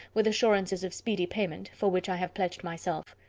with assurances of speedy payment, for which i have pledged myself.